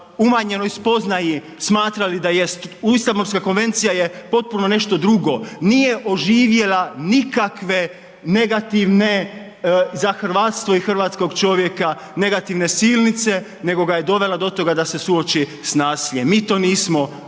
umanjenoj spoznaji smatrali da jest, Istanbulska konvencija je potpuno nešto drugo, nije oživjela nikakve negativne za hrvatstvo i hrvatskoga čovjeka negativne silnice nego ga je dovela do toga da se suoči sa nasiljem. Mi to nismo uspjeli